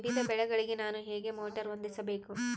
ವಿವಿಧ ಬೆಳೆಗಳಿಗೆ ನಾನು ಹೇಗೆ ಮೋಟಾರ್ ಹೊಂದಿಸಬೇಕು?